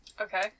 Okay